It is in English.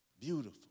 Beautiful